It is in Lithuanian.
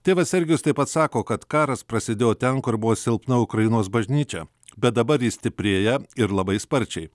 tėvas sergijus taip pat sako kad karas prasidėjo ten kur buvo silpna ukrainos bažnyčia bet dabar ji stiprėja ir labai sparčiai